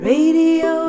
Radio